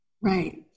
Right